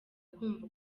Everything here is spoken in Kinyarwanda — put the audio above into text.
kumva